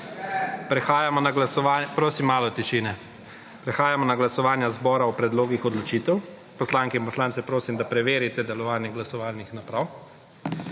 dnevnega reda. Prehajamo na glasovanje zbora o predlogih odločitev. Poslanke in poslance prosim, da preverite delovanje glasovalnih naprav.